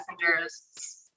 messengers